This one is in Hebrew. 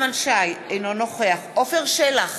אינו נוכח עפר שלח,